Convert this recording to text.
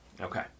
Okay